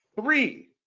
three